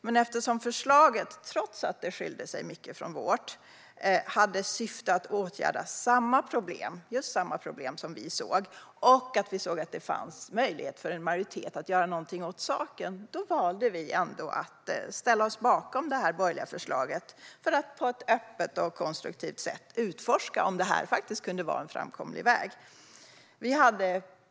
Men eftersom förslaget, trots att det skilde sig mycket från vårt, hade till syfte att åtgärda samma problem som vi såg, och eftersom vi såg att det fanns möjlighet för en majoritet att göra något åt saken, valde vi ändå att ställa oss bakom det borgerliga förslaget, för att på ett öppet och konstruktivt sätt utforska om det kan vara en framkomlig väg.